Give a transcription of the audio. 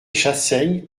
chassaigne